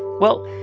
well,